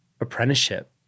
apprenticeship